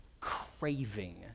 craving